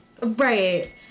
Right